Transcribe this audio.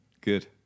Good